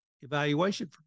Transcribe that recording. evaluation